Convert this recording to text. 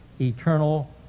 eternal